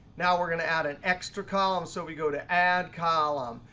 now we're going to add an extra column, so we go to add column,